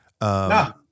no